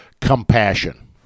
compassion